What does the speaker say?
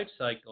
lifecycle